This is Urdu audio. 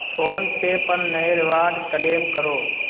فون پے پر نئے ریوارڈ کلیم کرو